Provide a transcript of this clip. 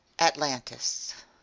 atlantis